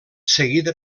seguida